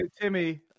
Timmy